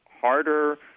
harder